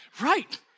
Right